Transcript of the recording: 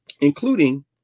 including